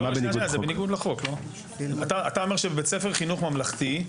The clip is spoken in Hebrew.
אתה אומר שבבית ספר חינוך ממלכתי,